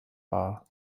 war